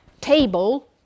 table